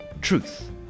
truth